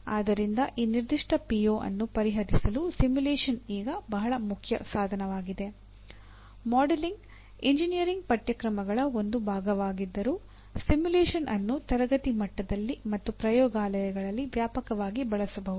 ಆದ್ದರಿಂದ ಈ ನಿರ್ದಿಷ್ಟ ಪಿಒ ಅನ್ನು ಎಂಜಿನಿಯರಿಂಗ್ ಪಠ್ಯಕ್ರಮಗಳ ಒಂದು ಭಾಗವಾಗಿದ್ದರೂ ಸಿಮ್ಯುಲೇಶನ್ ಅನ್ನು ತರಗತಿಯ ಮಟ್ಟದಲ್ಲಿ ಮತ್ತು ಪ್ರಯೋಗಾಲಯಗಳಲ್ಲಿ ವ್ಯಾಪಕವಾಗಿ ಬಳಸಬಹುದು